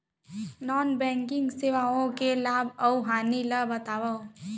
non banking सेवाओं के लाभ अऊ हानि ला बतावव